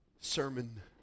sermon